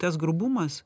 tas grubumas